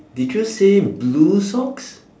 did you say blue socks